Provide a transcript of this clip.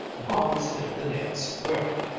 molly's hit the nail squarely.